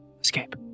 escape